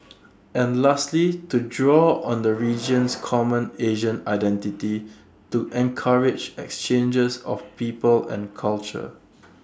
and lastly to draw on the region's common Asian identity to encourage exchanges of people and culture